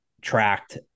tracked